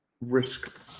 risk